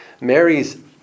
Mary's